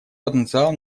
потенциал